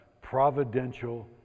providential